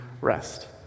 rest